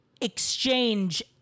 exchange